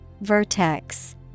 Vertex